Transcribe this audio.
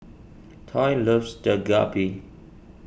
Toy loves Dak Galbi